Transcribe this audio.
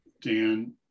Dan